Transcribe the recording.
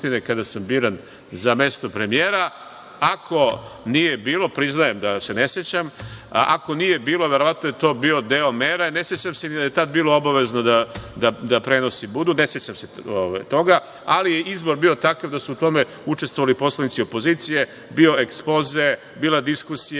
kada sam biran za mesto premijera. Ako nije bilo, priznajem da se ne sećam, verovatno je to bio deo mera. Ne sećam se da je tada bilo obavezno da prenosi budu. Ne sećam se toga, ali je izbor bio takav da su u tome učestvovali poslanici opozicije, bio ekspoze, bila diskusija.